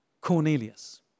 Cornelius